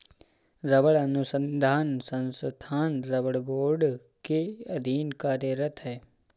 रबड़ अनुसंधान संस्थान रबड़ बोर्ड के अधीन कार्यरत है